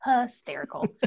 hysterical